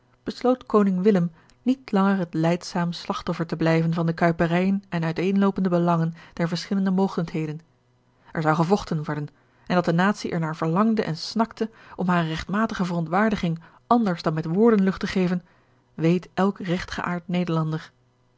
besloot koning willem niet langer het lijdzaam slagtoffer te blijven van de kuiperijen en uiteenloopende belangen der verschillende mogendlieden er zou gevochten worden en dat de natie er naar verlangde en snakte om hare regtmatige verontwaardiging anders dan met woorden lucht te geven weet elk regtgeaard nederlander